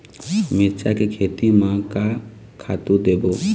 मिरचा के खेती म का खातू देबो?